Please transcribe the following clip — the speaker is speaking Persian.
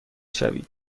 شوید